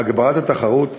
(הגברת התחרות),